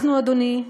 אנחנו, אדוני,